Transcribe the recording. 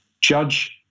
judge